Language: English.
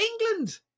England